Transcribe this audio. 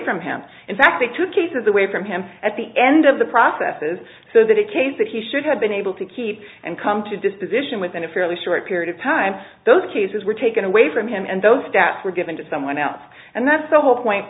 from him in fact they took cases away from him at the end of the process is so that a case that he should have been able to keep and come to this position within a fairly short period of time those cases were taken away from him and those stats were given to someone else and that's the whole point